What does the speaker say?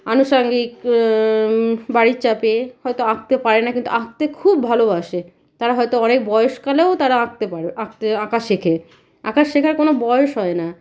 আনুষাঙ্গিক বাড়ির চাপে হয়তো আঁকতে পারে না কিন্তু আঁকতে খুব ভালোবাসে তারা হয়তো অনেক বয়েসকালেও তারা আঁকতে পারে আঁকতে আঁকা শেকে আঁকা শেখার কোনো বয়স হয় না